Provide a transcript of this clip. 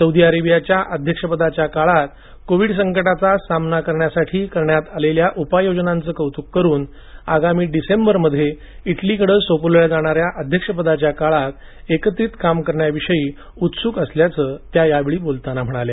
Saudi अरेबियाच्या अध्यक्ष पदाच्या काळात कोविड संकटाचा सामना करण्यासाठी करण्यात आलेल्या उपयोजानांचं कौतुक करून आगामी डिसेंबरमध्ये इटलीकडे सोपवल्या जाणाऱ्या अध्यक्ष पदाच्या काळात एकत्रित काम करण्याविषयी उत्सुक असल्याचं त्या म्हणाल्या